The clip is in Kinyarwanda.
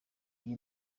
iyi